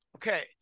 Okay